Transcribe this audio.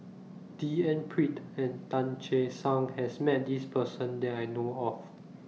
D N Pritt and Tan Che Sang has Met This Person that I know of